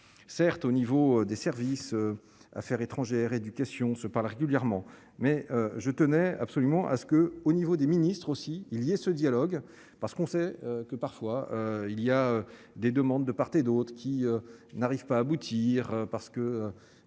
certes au niveau des services à faire étrangères éducation se parlent régulièrement, mais je tenais absolument à ce que, au niveau des ministres aussi, il y a ce dialogue parce qu'on sait que parfois il y a des demandes de part et d'autre qui n'arrive pas à aboutir, parce que